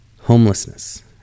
homelessness